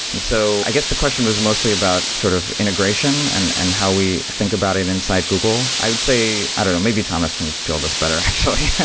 and so i guess the question was mostly about sort of integration and and how we think about it inside google. i would say i don't know. maybe thomas can fill this better actually.